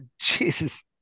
Jesus